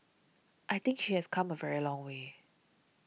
I think she has come a very long way